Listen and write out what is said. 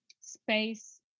space